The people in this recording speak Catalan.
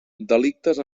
delictes